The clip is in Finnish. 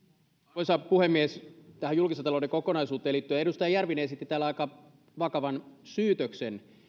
arvoisa puhemies tähän julkisen talouden kokonaisuuteen liittyen edustaja järvinen esitti täällä aika vakavan syytöksen